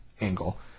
angle